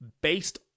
based